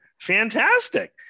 fantastic